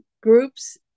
groups